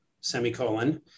semicolon